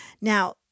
Now